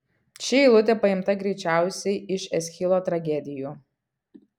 ši eilutė paimta greičiausiai iš eschilo tragedijų